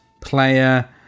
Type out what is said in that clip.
player